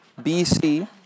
BC